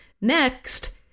Next